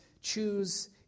choose